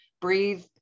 breathe